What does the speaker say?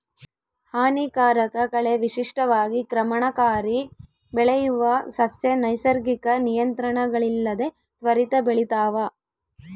ಹಾನಿಕಾರಕ ಕಳೆ ವಿಶಿಷ್ಟವಾಗಿ ಕ್ರಮಣಕಾರಿ ಬೆಳೆಯುವ ಸಸ್ಯ ನೈಸರ್ಗಿಕ ನಿಯಂತ್ರಣಗಳಿಲ್ಲದೆ ತ್ವರಿತ ಬೆಳಿತಾವ